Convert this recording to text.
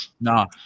no